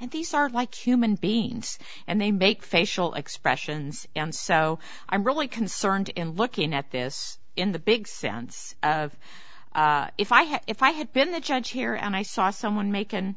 and these are like human beings and they make facial expressions and so i'm really concerned in looking at this in the big sense of if i had if i had been the judge here and i saw someone mekin